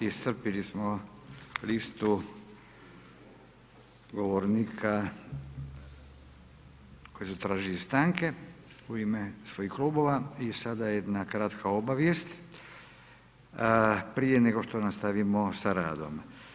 Iscrpili smo listu govornika koji su tražili stanke u ime svojih klubova i sada jedna kraka obavijest, prije nego što nastavimo s radom.